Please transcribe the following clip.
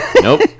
Nope